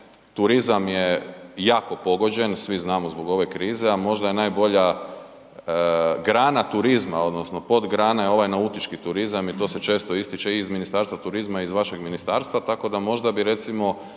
turizam je jako pogođen, svi znamo zbog ove krize a možda najbolja grana turizma odnosno podgrana je ovaj nautički turizam i to se često ističe iz Ministarstva i iz vašeg ministarstva, tako da možda bi recimo